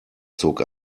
zog